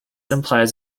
implies